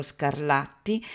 Scarlatti